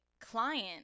client